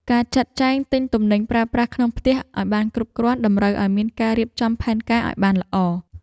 ការចាត់ចែងទិញទំនិញប្រើប្រាស់ក្នុងផ្ទះឱ្យបានគ្រប់គ្រាន់តម្រូវឱ្យមានការរៀបចំផែនការឱ្យបានល្អ។